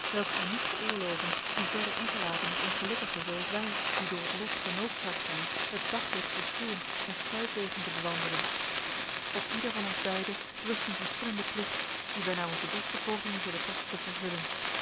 welke u niet veroorloven u verder in te laten met ongelukkigen zooals wij die door het lot genoodzaakt zijn het daglicht te schuwen en sluipwegen te bewandelen op ieder van ons beiden rust een verschillende plicht dien wij naar onze beste pogingen zullen trachten te vervullen